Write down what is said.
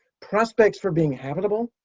prospects for being habitable,